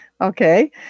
Okay